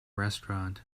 restaurant